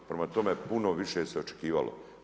Prema tome, puno više se očekivalo.